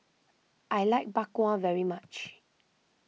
I like Bak Kwa very much